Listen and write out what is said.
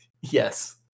Yes